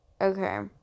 Okay